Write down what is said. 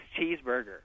cheeseburger